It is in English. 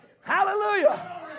Hallelujah